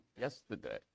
yesterday